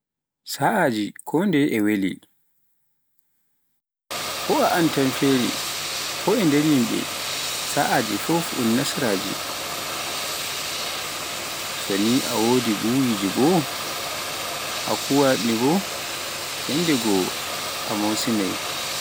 Saa'ajji kondeye e weli, ko antan feere, ko nder yimɓe sa'aji fuf un nasaraaji, so ne a wodi buuriji bo, a kuuwa nanɗi yanndegoo a mosinaai.